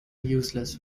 useless